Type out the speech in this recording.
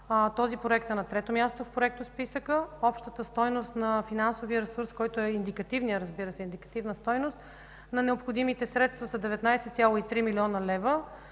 този проект е на трето място в проектосписъка. Общата стойност на финансовия ресурс, което, разбира се, е индикативна стойност, на необходимите средства е 19,3 млн. лв.,